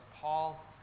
Paul